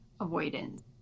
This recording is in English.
avoidance